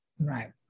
Right